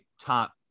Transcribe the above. top